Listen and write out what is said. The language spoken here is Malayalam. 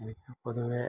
എനിക്ക് പൊതുവേ